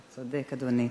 אתה צודק, אדוני.